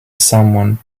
someone